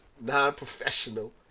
non-professional